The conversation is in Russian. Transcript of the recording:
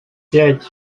пять